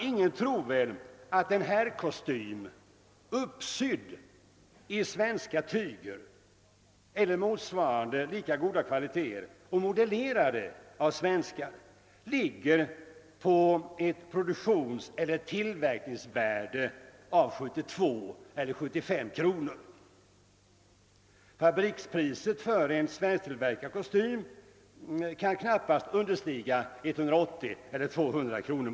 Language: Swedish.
Ingen tror väl att en herrkostym uppsydd i svenska tyger eller motsvarande lika goda kvaliteter och tillskuren av svenskar ligger på ett produktionseller tillverkningsvärde av 72—75 kronor. Fabrikspriset för en motsvarande svensktillverkad kostym kan knappast understiga 180 å 200 kronor.